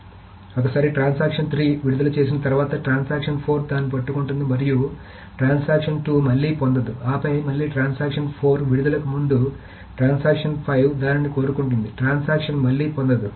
కాబట్టి ఒకసారి ట్రాన్సాక్షన్ 3 విడుదల చేసిన తర్వాత ట్రాన్సాక్షన్ 4 దాన్ని పట్టుకుంటుంది మరియు ట్రాన్సాక్షన్ 2 మళ్లీ పొందదు ఆపై మళ్లీ ట్రాన్సాక్షన్ 4 విడుదలకు ముందు ట్రాన్సాక్షన్ 5 దానిని కోరుకుంటుంది ట్రాన్సాక్షన్ మళ్లీ పొందదు